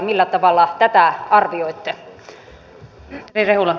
millä tavalla tätä arvioitte